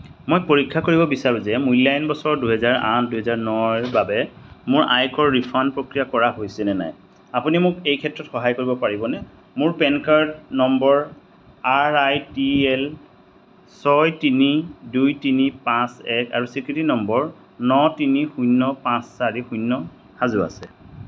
মই পৰীক্ষা কৰিব বিচাৰোঁ যে মূল্যায়ন বছৰ দুহেজাৰ আঠ দুহেজাৰ নৰ বাবে মোৰ আয়কৰ ৰিফাণ্ড প্ৰক্ৰিয়া কৰা হৈছে নে নাই আপুনি মোক এই ক্ষেত্ৰত সহায় কৰিব পাৰিবনে মোৰ PAN card number R I T L ছয় তিনি দুই তিনি পাঁচ এক আৰু স্বীকৃতি নম্বৰ ন তিনি শূন্য পাঁচ চাৰি শূন্য সাজু আছে